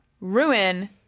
ruin